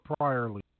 priorly